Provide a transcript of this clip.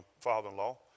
father-in-law